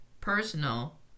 personal